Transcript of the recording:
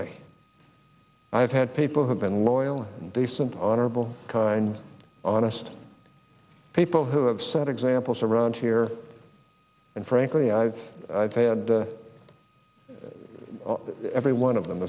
me i've had people who've been loyal decent honorable kind honest people who have set examples around here and frankly i've had every one of them